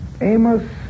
Amos